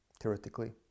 theoretically